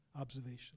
observation